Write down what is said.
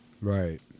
Right